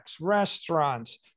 restaurants